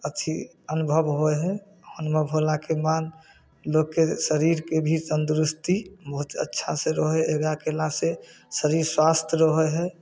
अथी अनुभव होइ हइ अनुभव होलाके बाद लोकके शरीरके भी तन्दुरुस्ती बहुत अच्छासँ रहै हइ योगा कएलासँ शरीर स्वस्थ रहै हइ